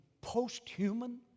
post-human